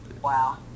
Wow